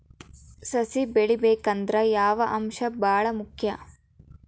ಸಸಿ ಬೆಳಿಬೇಕಂದ್ರ ಯಾವ ಅಂಶ ಭಾಳ ಮುಖ್ಯ?